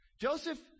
Joseph